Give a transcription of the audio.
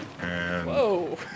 Whoa